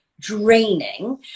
draining